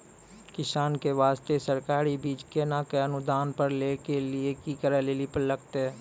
किसान के बास्ते सरकारी बीज केना कऽ अनुदान पर लै के लिए की करै लेली लागतै?